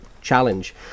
challenge